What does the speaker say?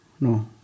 no